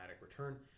return